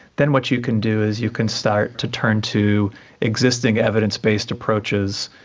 then what you can do is you can start to turn to existing evidence based approaches.